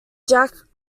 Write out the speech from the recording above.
jack